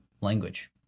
language